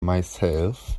myself